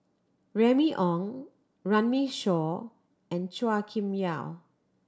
Remy Ong Runme Shaw and Chua Kim Yeow